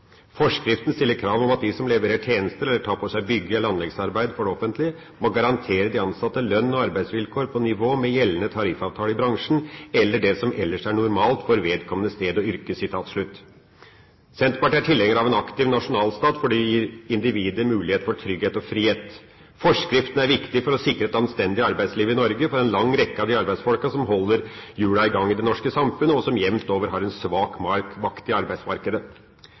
Forskriften stiller krav om at «de som leverer tjenester, eller tar på seg bygge- eller anleggsarbeid for det offentlige, må garantere de ansatte lønn og arbeidsvilkår på nivå med gjeldende tariffavtale i bransjen, eller – det som ellers er normalt for vedkommende sted og yrke». Senterpartiet er tilhenger av en aktiv nasjonalstat, for det gir individet mulighet for trygghet og frihet. Forskriften er viktig for å sikre et anstendig arbeidsliv i Norge for en lang rekke av de arbeidsfolkene som holder hjula i gang i det norske samfunn, og som jamt over har en svak makt i arbeidsmarkedet.